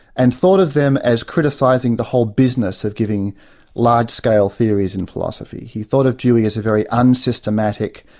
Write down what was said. and thought of them as criticising the whole business of giving large-scale theories in philosophy. he thought of dewey as a very unsystematic,